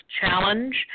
Challenge